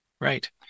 Right